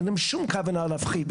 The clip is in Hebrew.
אין להם שום כוונה להפחית.